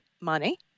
money